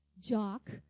jock